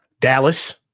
Dallas